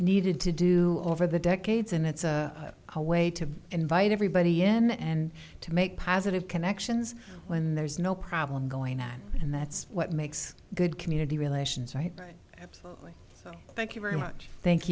needed to do over the decades and it's a a way to invite everybody n and to make positive connections when there's no problem going on and that's what makes good community relations right absolutely thank you very much thank